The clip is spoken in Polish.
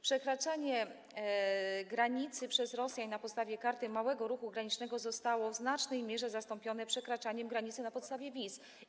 Przekraczanie granicy przez Rosjan na podstawie karty małego ruchu granicznego zostało w znacznej mierze zastąpione przekraczaniem granicy na podstawie wiz.